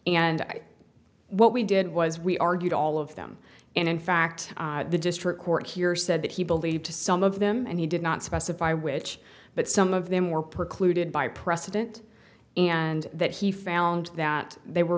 and what we did was we argued all of them and in fact the district court here said that he believed to some of them and he did not specify which but some of them were precluded by precedent and that he found that they were